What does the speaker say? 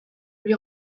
lui